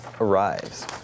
arrives